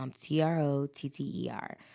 T-R-O-T-T-E-R